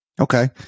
Okay